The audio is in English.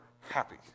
happy